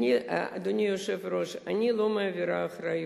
אדוני היושב-ראש, אני לא מעבירה את האחריות.